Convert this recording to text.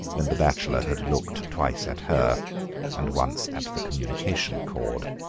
when the bachelor had looked twice at her and once at the communication cord.